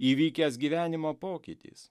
įvykęs gyvenimo pokytis